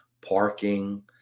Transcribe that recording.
Parking